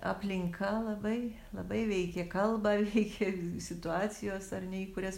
aplinka labai labai veikė kalbą veikia situacijos ar ne į kurias